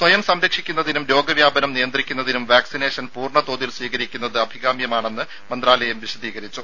സ്വയം സംരക്ഷിക്കുന്നതിനും രോഗവ്യാപനം നിയന്ത്രിക്കുന്നതിനും വാക്സിനേഷൻ പൂർണതോതിൽ സ്വീകരിക്കുന്നത് അഭികാമ്യമാണെന്ന് മന്ത്രാലയം വിശദീകരിച്ചു